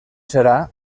serà